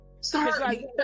Sorry